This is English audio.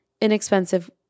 inexpensive